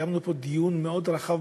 קיימנו פה דיון מאוד רחב,